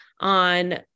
on